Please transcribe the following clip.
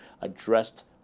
addressed